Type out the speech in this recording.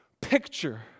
picture